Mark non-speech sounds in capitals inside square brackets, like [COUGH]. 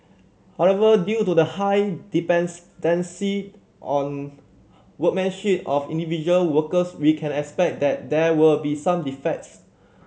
however due to the high [UNINTELLIGIBLE] on workmanship of individual workers we can expect that there will be some defects